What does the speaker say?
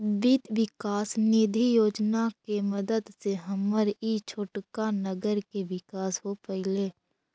वित्त विकास निधि योजना के मदद से हमर ई छोटका नगर के विकास हो पयलई